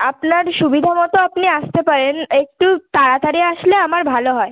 আপনার সুবিধা মতো আপনি আসতে পারেন একটু তাড়াতাড়ি আসলে আমার ভালো হয়